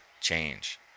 change